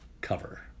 Cover